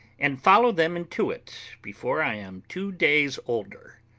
and follow them into it, before i am two days older.